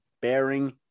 bearing